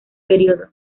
periodo